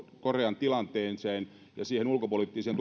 korean tilanteeseen ja siihen ulkopoliittiseen